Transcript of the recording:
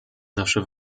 zawsze